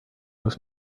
was